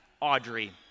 Audrey